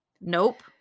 Nope